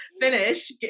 finish